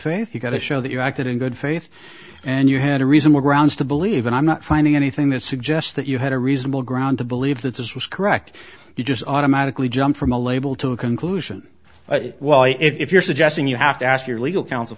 faith you got to show that you acted in good faith and you had a reason why grounds to believe and i'm not finding anything that suggests that you had a reasonable ground to believe that this was correct you just automatically jump from a label to a conclusion well if you're suggesting you have to ask your legal counsel